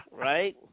right